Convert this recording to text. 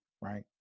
Right